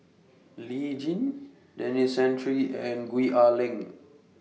Lee Tjin Denis Santry and Gwee Ah Leng